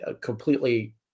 completely